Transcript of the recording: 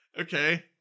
okay